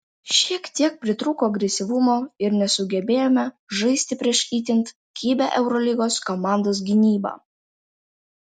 šiek tiek pritrūko agresyvumo ir nesugebėjome žaisti prieš itin kibią eurolygos komandos gynybą